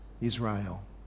Israel